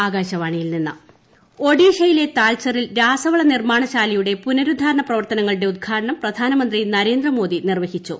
ട്ടടടടട പ്രധാനമന്ത്രി ഒഡീഷയിലെ താൽച്ചറിൽ രാസവള നിർമ്മാണശാലയുടെ പുനരുദ്ധാരണ പ്രവർത്തനങ്ങളുടെ ഉദ്ഘാടനം പ്രധാനമന്ത്രി നരേന്ദ്രമോദി നിർവ്വഹിച്ചു